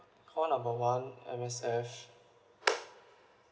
call number one M_S_F